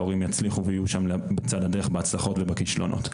ההורים יצליחו ויהיו שם בצד הדרך בהצלחות ובכישלונות.